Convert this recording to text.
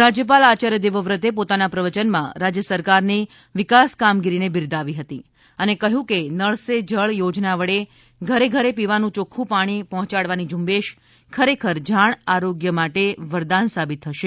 રાજયપાલ આયાર્ય દેવવ્રતે પોતાના પ્રવચનમાં રાજ્ય સરકાર ની વિકાસ કામગીરીને બિરદાવી હતી અને કહ્યું હતું કે નળ સે જળ યોજના વડે ઘેર ઘેર પીવાનું યોખ્ખું પાણી પહોંચાડવાની ઝુંબેશ ખરેખર જાણ આરોગ્ય માટે વરદાન સાબિત થશે